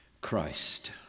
Christ